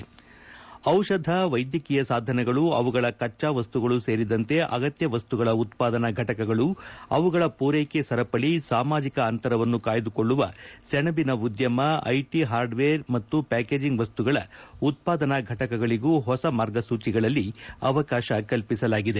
G ಧ ವೈದ್ಯಕೀಯ ಸಾಧನಗಳು ಅವುಗಳ ಕಚ್ಚಾ ವಸ್ತುಗಳು ಸೇರಿದಂತೆ ಅಗತ್ಯ ವಸ್ತುಗಳ ಉತ್ಪಾದನಾ ಘಟಕಗಳು ಅವುಗಳ ಪೂರೈಕೆ ಸರಪಳಿ ಸಾಮಾಜಿಕ ಅಂತರವನ್ನು ಕಾಯ್ದುಕೊಳ್ಳುವ ಸೇಣಬಿನ ಉದ್ದಮ ಐಟಿ ಪಾರ್ಡ್ವೇರ್ ಮತ್ತು ಪ್ಕಾಕೇಜಿಂಗ್ ವಸ್ತುಗಳ ಉತ್ಪಾದನಾ ಘಟಕಗಳಿಗೂ ಹೊಸ ಮಾರ್ಗಸೂಚಿಗಳಲ್ಲಿ ಅವಕಾಶ ಕಲ್ಪಿಸಲಾಗಿದೆ